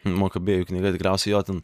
makabėjų knyga tikriausiai jo ten